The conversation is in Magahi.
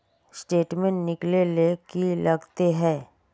स्टेटमेंट निकले ले की लगते है?